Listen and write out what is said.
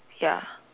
ya